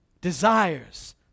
desires